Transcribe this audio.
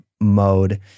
mode